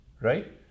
right